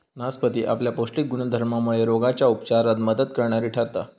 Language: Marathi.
नासपती आपल्या पौष्टिक गुणधर्मामुळे रोगांच्या उपचारात मदत करणारी ठरता